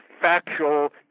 factual